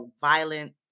violent